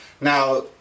Now